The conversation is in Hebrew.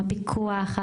הפיקוח,